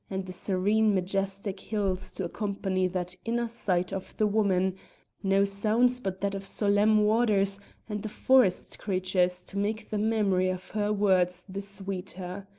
and the serene majestic hills to accompany that inner sight of the woman no sounds but that of solemn waters and the forest creatures to make the memory of her words the sweeter.